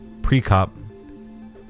Precop